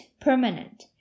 permanent